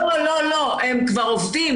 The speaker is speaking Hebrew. לא, הם כבר עובדים.